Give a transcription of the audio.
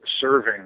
serving